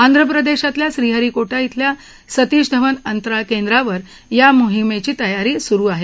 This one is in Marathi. आंध्रप्रदेशातल्या श्रीहरी कोट्टा इथल्या सतीश धवन अंतराळ केंद्रावर या मोहिमेची तयारी सुरू आहे